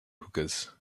hookahs